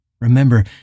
Remember